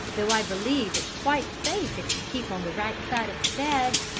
though i believe it's quite safe if you keep on the right side of the bed.